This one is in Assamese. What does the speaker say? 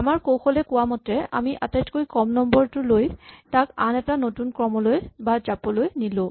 আমাৰ কৌশলে কোৱা মতে আমি আটাইতকৈ কম নম্বৰটো লৈ তাক আন এটা নতুন ক্ৰমলৈ বা জাপলৈ নিলো